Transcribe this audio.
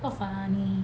not funny